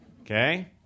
Okay